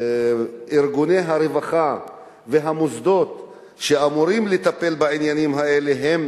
שארגוני הרווחה והמוסדות שאמורים לטפל בעניינים האלה הם